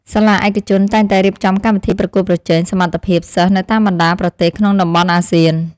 សាលាឯកជនតែងតែរៀបចំកម្មវិធីប្រកួតប្រជែងសមត្ថភាពសិស្សនៅតាមបណ្តាប្រទេសក្នុងតំបន់អាស៊ាន។